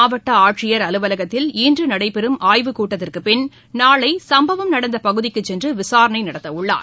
மாவட்ட ஆட்சியர் அலுவலகத்தில் இன்று நடைபெறும் ஆய்வுக் கூட்டத்திற்கு பின் நாளை சம்பவம் நடத்த பகுதிக்கு சென்று விசாரணை நடத்த உள்ளார்